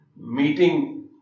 meeting